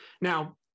Now